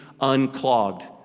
unclogged